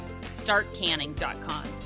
startcanning.com